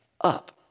Up